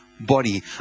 body